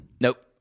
Nope